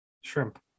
Shrimp